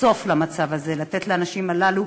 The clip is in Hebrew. סוף למצב הזה, לתת לאנשים הללו